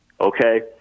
Okay